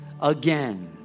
again